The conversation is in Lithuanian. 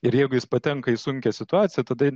ir jeigu jis patenka į sunkią situaciją tada